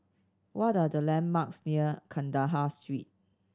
what are the landmarks near Kandahar Street